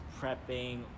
prepping